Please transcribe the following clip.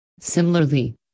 Similarly